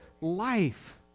life